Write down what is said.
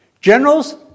Generals